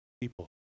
people